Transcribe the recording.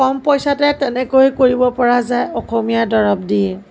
কম পইচাতে তেনেকৈ কৰিব পৰা যায় অসমীয়া দৰৱ দি